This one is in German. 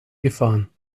gefahren